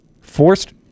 forced